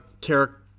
character